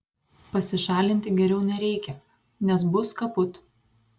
pasišalinti geriau nereikia nes bus kaput